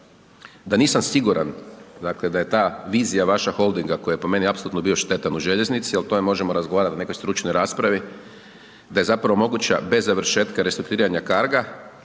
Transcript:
da nisam siguran, dakle, da je ta vizija vaša holdinga, koja je po meni apsolutno bio štetan u željeznici, al to je možemo razgovarati o nekoj stručnoj raspravi, da je zapravo moguća bez završetka restrukturiranja Carga